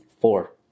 Four